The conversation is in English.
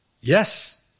Yes